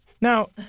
Now